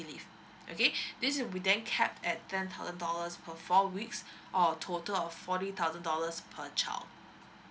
leave okay this will then cap at ten thousand dollars for four weeks or total of forty thousand dollars per child